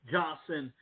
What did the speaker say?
Johnson